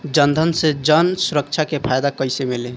जनधन से जन सुरक्षा के फायदा कैसे मिली?